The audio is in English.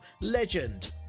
Legend